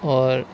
اور